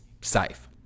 safe